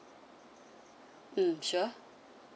mm sure